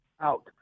out